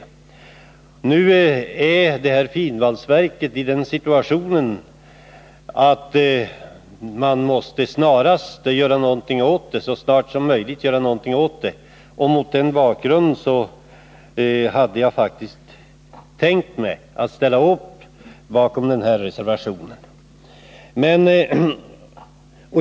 Situationen när det gäller finvalsverket i Luleå är den att man så snart som möjligt måste göra någonting åt det. Mot den bakgrunden hade jag faktiskt tänkt sluta upp bakom reservationen.